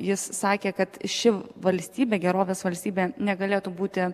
jis sakė kad ši valstybė gerovės valstybė negalėtų būti